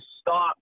stop